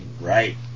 Right